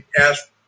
ask